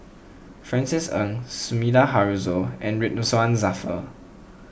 Francis Ng Sumida Haruzo and Ridzwan Dzafir